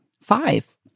five